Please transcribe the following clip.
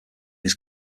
his